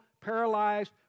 Paralyzed